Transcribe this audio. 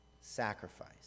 sacrifice